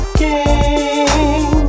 king